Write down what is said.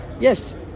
yes